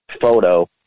photo